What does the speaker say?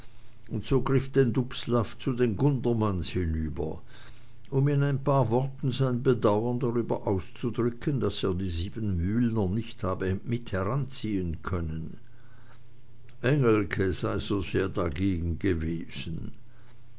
und so griff denn dubslav zu den gundermanns hinüber um in ein paar worten sein bedauern darüber auszudrücken daß er die siebenmühlner nicht habe mit heranziehn können engelke sei so sehr dagegen gewesen